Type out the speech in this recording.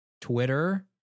Twitter